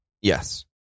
Yes